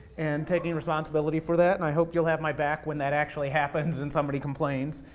and taking responsibility for that, and i hope you'll have my back when that actually happens and somebody complains.